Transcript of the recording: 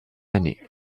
année